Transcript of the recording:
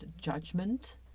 judgment